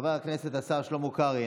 חבר הכנסת השר שלמה קרעי,